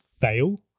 fail